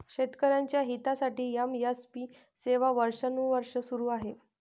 शेतकऱ्यांच्या हितासाठी एम.एस.पी सेवा वर्षानुवर्षे सुरू आहे